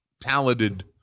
talented